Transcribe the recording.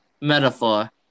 Metaphor